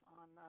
on